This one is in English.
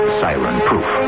siren-proof